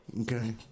Okay